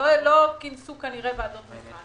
כנראה לא כינסו ועדות תמיכה,